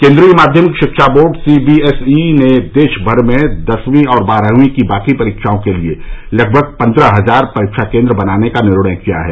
केन्द्रीय माध्यमिक शिक्षा बोर्ड सीबीएसई ने देश भर में दसवीं और बारहवीं की बाकी परीक्षाओं के लिए लगभग पन्द्रह हजार परीक्षा केन्द्र बनाने का निर्णय किया है